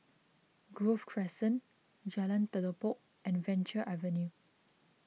Grove Crescent Jalan Telipok and Venture Avenue